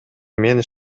мен